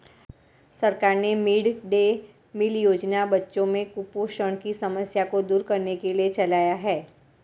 सरकार ने mid day meal योजना बच्चों में कुपोषण की समस्या को दूर करने के लिए चलाया है